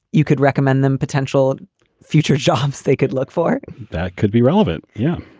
you could recommend them potential future jobs they could look for. that could be relevant. yeah.